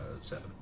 Seven